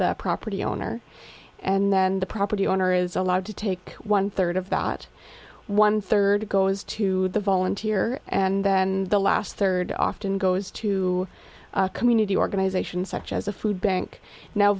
the property owner and then the property owner is allowed to take one third of that one third goes to the volunteer and then the last third often goes to community organizations such as a food bank now